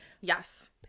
Yes